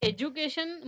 Education